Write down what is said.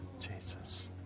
Jesus